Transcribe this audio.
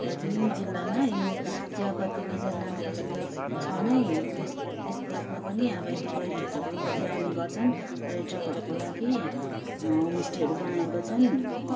दार्जिलिङ जिल्लमा यो चियापत्तीले त नाम प्रसिद्ध छ नै त्यस त्यसबादमा पनि अहिले पर्यटकहरू निकै आउने गर्छन् पर्यटकहरूको लागि होमस्टेहरू बनाएको छन्